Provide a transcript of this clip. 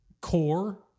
core